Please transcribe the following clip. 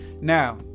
Now